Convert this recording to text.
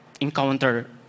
encounter